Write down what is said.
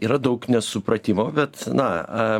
yra daug nesupratimo bet na